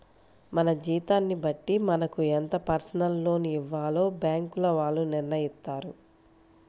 మన జీతాన్ని బట్టి మనకు ఎంత పర్సనల్ లోన్ ఇవ్వాలో బ్యేంకుల వాళ్ళు నిర్ణయిత్తారు